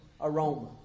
aroma